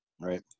Right